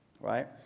Right